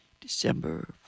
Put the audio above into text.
December